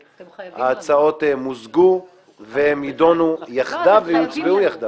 אין ההצעה למזג את הצעת חוק שחרור על-תנאי ממאסר (תיקון